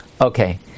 Okay